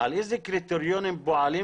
לפי